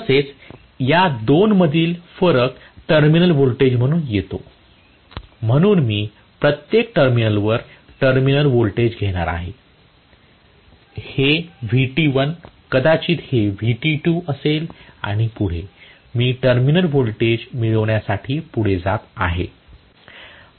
तसेच या दोन मधील फरक टर्मिनल व्होल्टेज म्हणून येतो म्हणून मी प्रत्येक टर्मिनलवर टर्मिनल व्होल्टेज घेणार आहे हे Vt1 कदाचित हे Vt2 असेल आणि पुढे मी टर्मिनल व्होल्टेज म्हणून मिळविण्यासाठी पुढे जात आहे